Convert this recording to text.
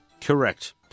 Correct